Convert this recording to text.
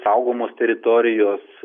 saugomos teritorijos